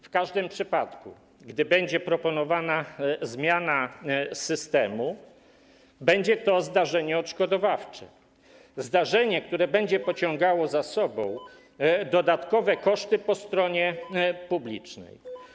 W każdym przypadku gdy będzie proponowana zmiana systemu, będzie zdarzenie odszkodowawcze, zdarzenie, które będzie pociągało za sobą dodatkowe koszty po stronie publicznej.